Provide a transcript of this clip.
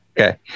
Okay